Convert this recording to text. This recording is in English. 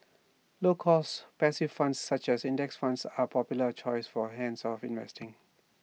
low cost passive funds such as index funds are popular choice for hands off investing